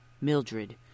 Mildred